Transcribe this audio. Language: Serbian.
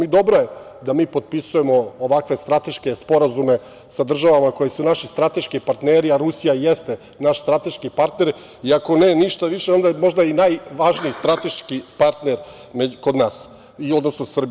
Dobro je da mi potpisujemo ovakve strateške sporazume sa državama koje su naši strateški partneri, a Rusija jeste naš strateški partner i ako ne ništa više onda je i najvažniji stateški partner kod nas, odnosno Srbiji.